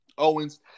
Owens